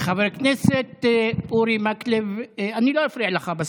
חבר הכנסת אורי מקלב, אני לא אפריע לך בשיחה,